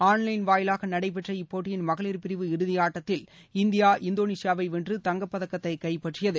on line வாயிலாக நடைபெற்ற இப்போட்டியின் மகளிர் பிரிவு இறுதியாட்டத்தில் இந்தியா இந்தோனேஷியாவை வென்று தங்கப் பதக்கத்தை கைப்பற்றியது